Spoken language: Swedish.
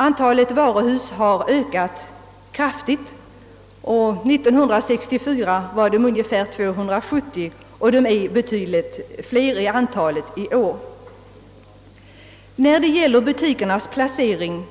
Antalet varuhus har ökat kraftigt — 1964 var de ungefär 270 och i år är de betydligt fler. När det gäller butikernas placering